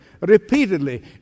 repeatedly